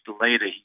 later